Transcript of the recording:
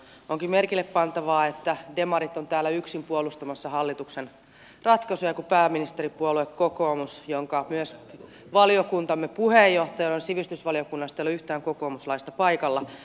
onkin merkille pantavaa että demarit ovat täällä yksin puolustamassa hallituksen ratkaisuja kun pääministeripuolue kokoomuksesta josta on myös valiokuntamme puheenjohtaja olen sivistysvaliokunnassa täällä ei ole yhtään kokoomuslaista paikalla